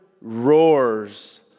roars